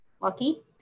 lucky